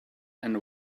and